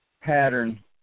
pattern